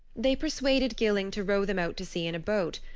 they persuaded gilling to row them out to sea in a boat.